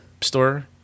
store